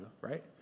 right